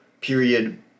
period